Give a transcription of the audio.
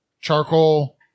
Charcoal